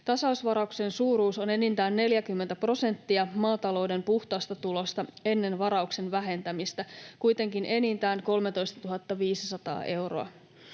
Tasausvarauksen suuruus on enintään 40 prosenttia maatalouden puhtaasta tulosta ennen varauksen vähentämistä, kuitenkin enintään 13 500 euroa.